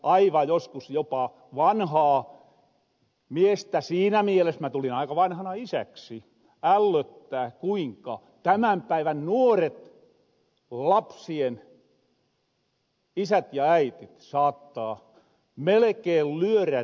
aivan joskus jopa vanhaa miestä siinä mielessä minä tulin aika vanhana isäksi ällöttää kuinka tämän päivän lapsien nuoret isät ja äitit saattaa melkein lyörä rahat kourahan